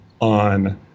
on